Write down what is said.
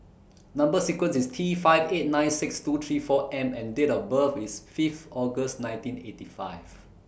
Number sequence IS T five eight nine six two three four M and Date of birth IS Fifth August nineteen eighty five